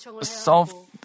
solve